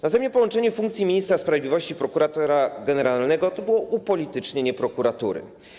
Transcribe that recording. Następnie połączenie funkcji ministra sprawiedliwości i prokuratora generalnego to było upolitycznienie prokuratury.